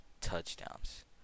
touchdowns